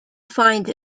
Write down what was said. find